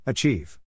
Achieve